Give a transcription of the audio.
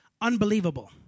unbelievable